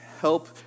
help